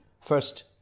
first